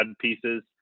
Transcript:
pieces